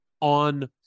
on